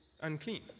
unclean